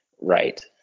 Right